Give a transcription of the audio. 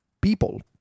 people